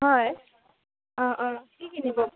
হয় অঁ অঁ কি কিনিব